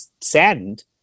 saddened